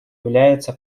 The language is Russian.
является